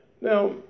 Now